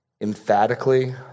emphatically